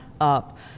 up